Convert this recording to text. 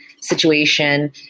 situation